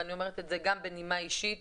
ואני אומרת את זה גם בנימה אישית,